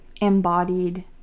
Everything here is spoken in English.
embodied